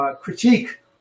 critique